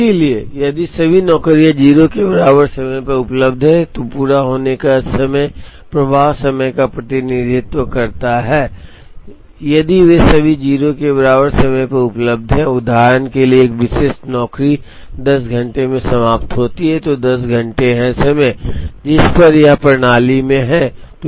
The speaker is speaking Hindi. इसलिए यदि सभी नौकरियां 0 के बराबर समय पर उपलब्ध हैं तो पूरा होने का समय प्रवाह समय का प्रतिनिधित्व करता है यदि वे सभी 0 के बराबर समय पर उपलब्ध हैं और उदाहरण के लिए एक विशेष नौकरी 10 घंटे में समाप्त होती है तो 10 घंटे है समय जिस पर यह प्रणाली में है